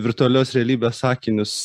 virtualios realybės akinius